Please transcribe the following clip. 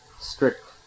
strict